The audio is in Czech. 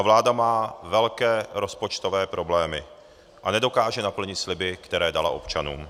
Vláda má velké rozpočtové problémy a nedokáže naplnit sliby, které dala občanům.